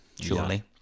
surely